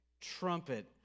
trumpet